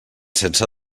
sense